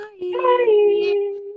Bye